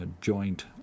joint